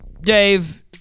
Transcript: Dave